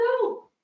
go